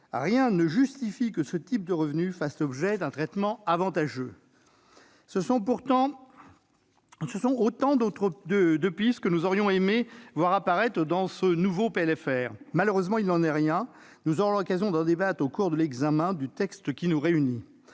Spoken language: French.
rien ne justifie que ce type de revenu fasse l'objet d'un traitement avantageux. Ce sont autant de pistes que nous aurions aimé voir apparaître dans ce nouveau PLFR. Malheureusement, il n'en est rien. Nous aurons l'occasion d'en débattre au cours de l'examen du texte. Il faut